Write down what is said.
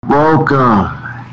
Welcome